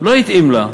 לא התאים לה,